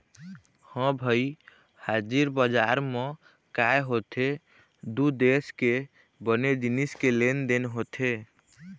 ह भई हाजिर बजार म काय होथे दू देश के बने जिनिस के लेन देन होथे